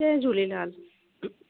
Jay Jhulelal